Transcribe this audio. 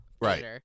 right